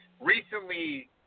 Recently